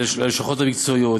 הלשכות המקצועיות,